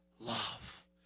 love